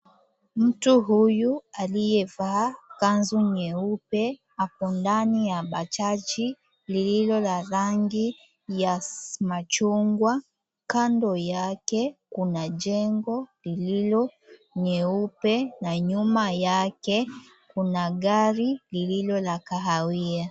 Mtu huyu aliyevaa kanzu nyeupe ako ndani ya bajaji lililo na rangi ya machungwa. Kando yake kuna jengo lililo nyeupe na nyuma yake kuna gari lililo la kahawia.